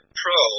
pro